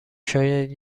شاید